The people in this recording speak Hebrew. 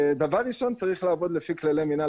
דבר ראשון: צריך לעבוד לפי כללי מנהל